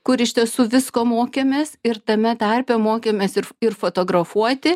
kur iš tiesų visko mokėmės ir tame tarpe mokėmės ir ir fotografuoti